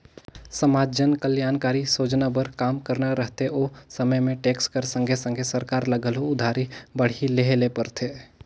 समाज जनकलयानकारी सोजना बर काम करना रहथे ओ समे में टेक्स कर संघे संघे सरकार ल घलो उधारी बाड़ही लेहे ले परथे